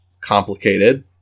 complicated